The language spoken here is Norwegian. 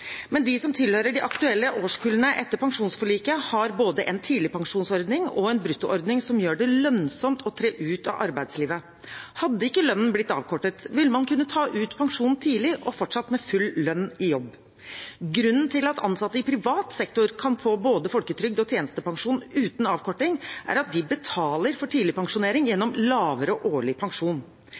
men de som tilhører de aktuelle årskullene etter pensjonsforliket, har både en tidligpensjonsordning og en bruttoordning som gjør det lønnsomt å tre ut av arbeidslivet. Hadde ikke lønnen blitt avkortet, ville man kunnet ta ut pensjon tidlig og fortsatt med full lønn i jobb. Grunnen til at ansatte i privat sektor kan få både folketrygd og tjenestepensjon uten avkorting, er at de betaler for tidligpensjonering gjennom lavere årlig pensjon.